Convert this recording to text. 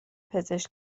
پزشک